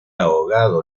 ahogado